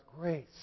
grace